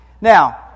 Now